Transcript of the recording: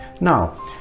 Now